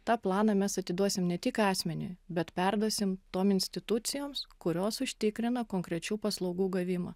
tą planą mes atiduosim ne tik asmeniui bet perduosim tom institucijoms kurios užtikrina konkrečių paslaugų gavimą